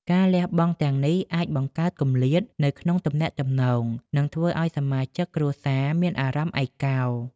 ការលះបង់ទាំងនេះអាចបង្កើតគម្លាតនៅក្នុងទំនាក់ទំនង និងធ្វើឱ្យសមាជិកគ្រួសារមានអារម្មណ៍ឯកោ។